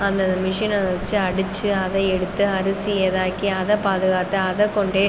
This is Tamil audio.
அந்த மெஷினை வச்சு அடுச்சு அதை எடுத்து அரிசி இதாக்கி அதை பாதுகாத்து அதை கொண்டே